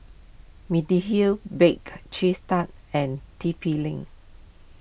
Mediheal Bake Cheese Tart and T P Link